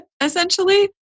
essentially